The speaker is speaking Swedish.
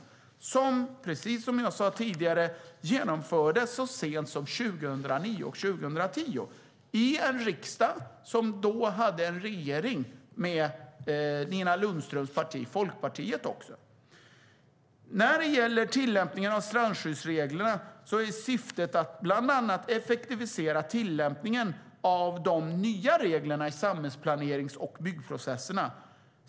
Det beslutades, som jag sa tidigare, så sent som 2009 och 2010 av en riksdag som då bestod av en majoritet där Nina Lundström parti, Folkpartiet, ingick. När det gäller tillämpningen av strandskyddsreglerna är syftet att bland annat effektivisera tillämpningen av de nya reglerna i samhällsplanerings och byggprocesserna.